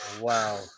Wow